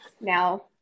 now